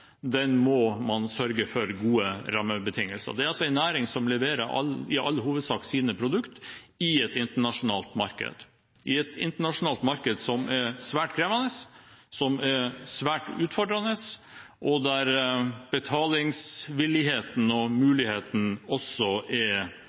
må man sørge for gode rammebetingelser for. Det er altså en næring som i all hovedsak leverer sine produkt i et internasjonalt marked, et marked som er svært krevende, som er svært utfordrende, og der betalingsvilligheten og